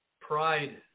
Pride